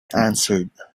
answered